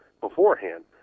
beforehand